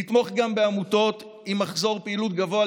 לתמוך גם בעמותות עם מחזור פעילות גבוה,